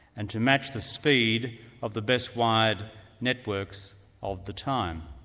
and to match the speed of the best wired networks of the time.